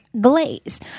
glaze